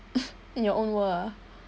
in your own world